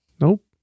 Nope